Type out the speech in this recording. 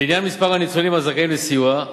לעניין מספר הניצולים הזכאים לסיוע,